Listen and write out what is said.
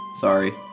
Sorry